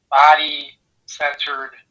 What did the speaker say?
body-centered